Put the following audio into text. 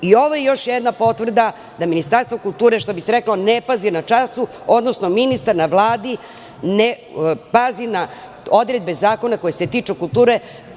Ovo je još jedna potvrda da Ministarstvo kulture, što bi se reklo, ne pazi na času, odnosno ministar na Vladi ne pazi na odredbe zakona koje se tiču kulture.